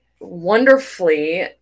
wonderfully